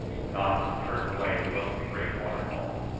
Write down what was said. the doctor turned away to look at the great waterfall,